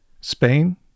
Spain